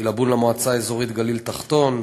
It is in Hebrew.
עילבון והמועצה האזורית גליל-תחתון,